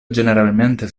generalmente